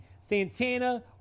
Santana